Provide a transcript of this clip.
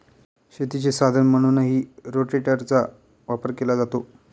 शेतीचे साधन म्हणूनही रोटेटरचा वापर केला जातो